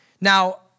Now